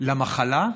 למחלה?